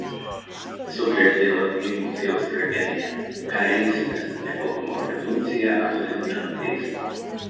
sukrėtė lazdijų muziejaus tragedija ką rinksimės nekaltumo prezumpciją ar linčo teismą